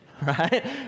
right